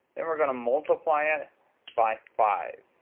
then we're going to multiply it by five.